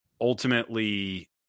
ultimately